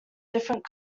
different